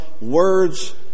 words